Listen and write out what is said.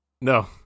No